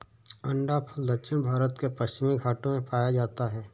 अंडाफल दक्षिण भारत के पश्चिमी घाटों में पाया जाता है